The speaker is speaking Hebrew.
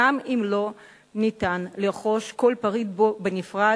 גם אם לא ניתן לרכוש כל פריט בו בנפרד,